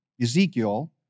Ezekiel